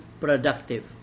productive